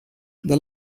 the